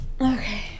Okay